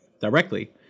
directly